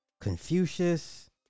Confucius